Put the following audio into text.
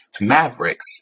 mavericks